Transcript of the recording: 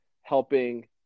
helping